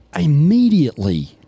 Immediately